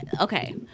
Okay